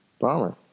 Bummer